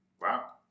wow